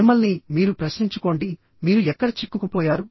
మిమ్మల్ని మీరు ప్రశ్నించుకోండి మీరు ఎక్కడ చిక్కుకుపోయారు